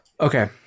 Okay